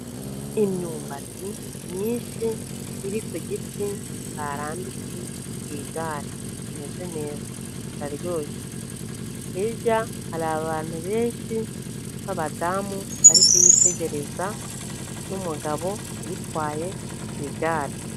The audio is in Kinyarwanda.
Imyumbati myinshi iri ku giti, barambitse ku igare. Imeze neza, iraryoshye. Hirya hari abantu benshi b'abadamu, bariko kuyitegereza, n'umugabo uyitwaye ku igare.